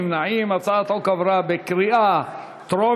ההוצאה לפועל (תיקון,